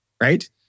Right